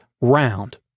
round